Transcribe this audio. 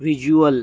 visual